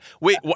wait